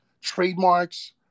trademarks